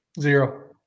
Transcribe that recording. Zero